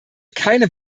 keine